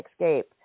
escape